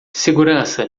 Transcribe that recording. segurança